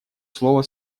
слово